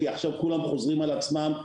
כי עכשיו כולם חוזרים על עצמם.